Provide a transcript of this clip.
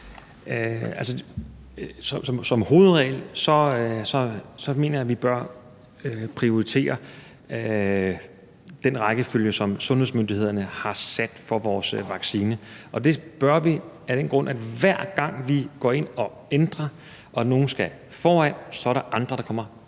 som hovedregel bør prioritere den rækkefølge, som sundhedsmyndighederne har fastsat for vores vaccine. Og det bør vi af den grund, at hver gang vi går ind og ændrer og nogen skal foran, er der andre, der kommer